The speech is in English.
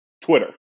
Twitter